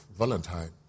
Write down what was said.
Valentine